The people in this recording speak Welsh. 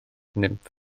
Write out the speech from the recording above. nymff